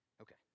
okay